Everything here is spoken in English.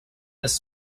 this